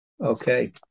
okay